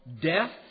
death